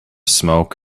smoke